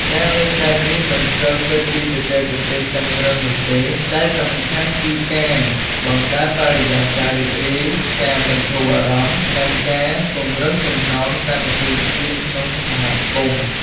ការលេងបែបនេះមិនសូវគិតពីបច្ចេកទេសតឹងរឹងនោះទេ តែសំខាន់គឺការបង្កើតបរិយាកាសរីករាយ ការបន្ធូរអារម្មណ៍ និងការពង្រឹងចំណងសាមគ្គីភាពក្នុងសហគមន៍។